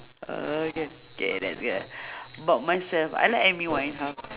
okay k that's good about myself I like amy-winehouse